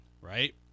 Right